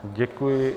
Děkuji.